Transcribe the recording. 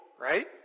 right